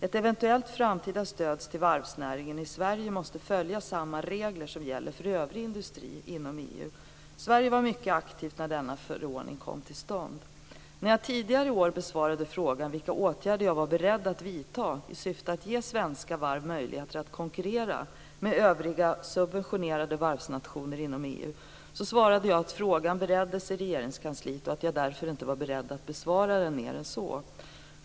Ett eventuellt framtida stöd till varvsnäringen måste följa samma regler som gäller för övrig industri inom EU. Sverige var mycket aktivt när denna förordning kom till stånd. När jag tidigare i år besvarade frågan vilka åtgärder jag var beredd att vidta i syfte att ge svenska varv möjligheter att konkurrera med övriga subventionerade varvsnationer inom EU svarade jag att frågan bereddes i Regeringskansliet och att jag därför inte var beredd att besvara den mer än så.